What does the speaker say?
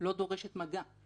וזה הגנה על שורדות הזנות עצמן,